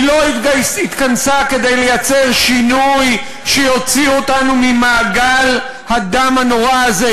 היא לא התכנסה כדי לייצר שינוי שיוציא אותנו ממעגל הדם הנורא הזה,